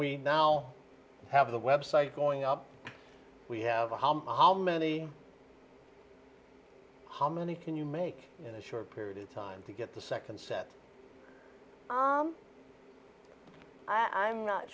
we now have the web site going up we have a home how many how many can you make in a short period of time to get the second set i'm not